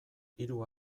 hiru